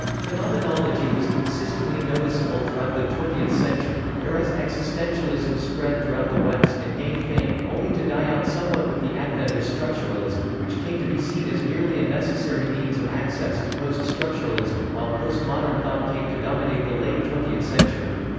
phenomenology was consistently noticeable throughout the twentieth century, whereas existentialism spread throughout the west and gained fame, only to die out somewhat with the advent of structuralism, which came to be seen as merely a necessary means of access to post-structuralism, while postmodern thought came to dominate the late twentieth century.